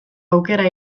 aukera